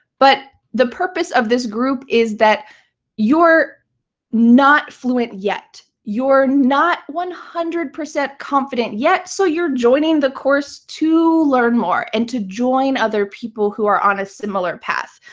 but the purpose of this group is that you're not fluent yet. you're not one hundred percent confident yet, so you're joining the course to learn more and to join other people who are on a similar path,